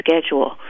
schedule